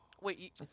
Wait